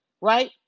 right